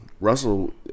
Russell